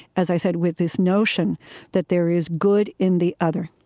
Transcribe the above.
as i said, with this notion that there is good in the other.